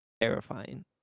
terrifying